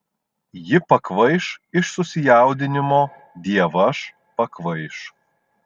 ji pakvaiš iš susijaudinimo dievaž pakvaiš